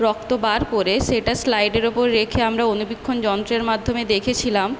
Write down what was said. রক্ত বার করে সেটা স্লাইডের উপর রেখে আমরা অণুবীক্ষণ যন্ত্রের মাধ্যমে দেখেছিলাম